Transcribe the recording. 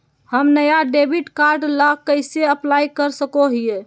हम नया debit card ला कइसे अप्लाई कर सको हियै?